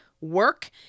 work